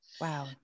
Wow